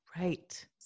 Right